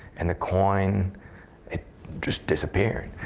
and the coin it just disappeared.